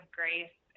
grace